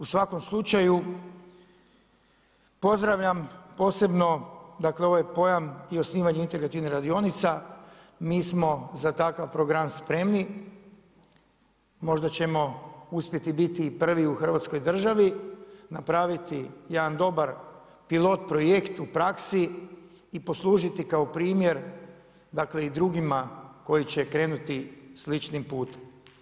U svakom slučaju, pozdravljam posebno, dakle ovaj pojam i osnivanje integrativnih radionica, mi smo za takav program spremni, možda ćemo uspjeti biti prvi u hrvatskoj državi, napraviti jedan dobar pilot projekt u praski i poslužiti kao primjer dakle, i drugima koji će krenuti sličnim putem.